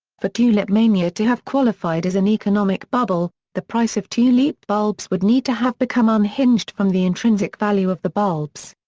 for tulip mania to have qualified as an economic bubble, the price of tulip bulbs would need to have become unhinged from the intrinsic value of the bulbs.